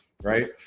right